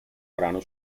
brano